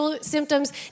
symptoms